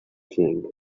king